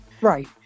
Right